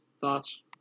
thoughts